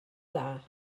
dda